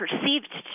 perceived